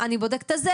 אני בודק את זה,